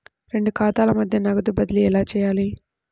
రెండు ఖాతాల మధ్య నగదు బదిలీ ఎలా చేయాలి?